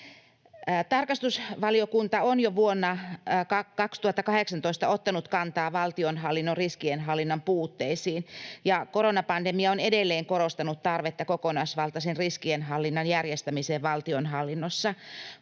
Tarkastusvaliokunta on jo vuonna 2018 ottanut kantaa valtionhallinnon riskienhallinnan puutteisiin, ja koronapandemia on edelleen korostanut tarvetta kokonaisvaltaisen riskienhallinnan järjestämiseen valtionhallinnossa.